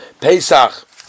Pesach